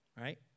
right